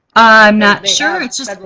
i'm not sure. it's just.